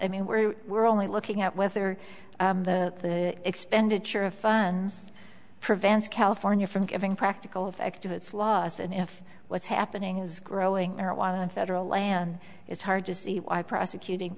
i mean where we're only looking at whether the expenditure of funds prevents california from giving practical effect of its laws and if what's happening is growing marijuana in federal land it's hard to see why prosecuting